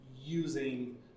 using